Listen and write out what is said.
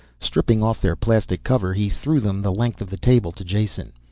stripping off their plastic cover he threw them the length of the table to jason.